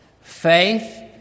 Faith